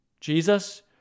Jesus